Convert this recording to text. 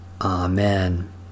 Amen